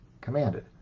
commanded